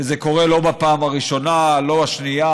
וזה קורה לא בפעם הראשונה, לא השנייה.